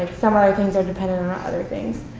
and some other things are dependent on on other things.